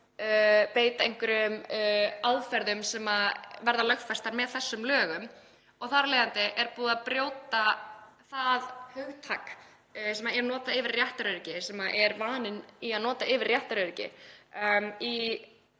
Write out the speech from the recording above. beita einhverjum aðferðum sem verða lögfestar með þessum lögum. Þar af leiðandi er búið að brjóta það hugtak sem er notað yfir réttaröryggi, sem er vaninn að nota yfir réttaröryggi